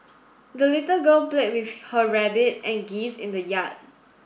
the little girl played with her rabbit and geese in the yard